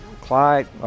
Clyde